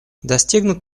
достигнут